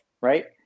right